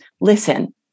listen